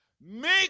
Make